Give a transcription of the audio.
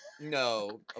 No